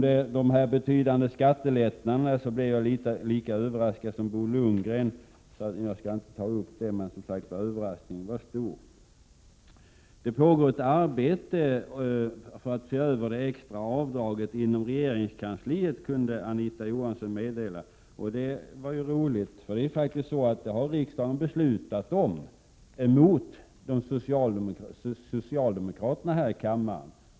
Om det handlar om dessa betydande skattelättnader, skulle jag bli lika överraskad som Bo Lundgren. Jag skall inte ta upp detta, men överraskningen var som sagt stor. Det pågår ett arbete inom regeringskansliet för att se över det extra avdraget, kunde Anita Johansson meddela. Det var ju roligt. Detta har riksdagen nämligen beslutat om — ett beslut som gick emot socialdemokraterna här i kammaren.